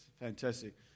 fantastic